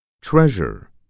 Treasure